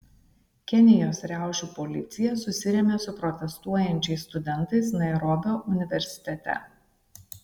kenijos riaušių policija susirėmė su protestuojančiais studentais nairobio universitete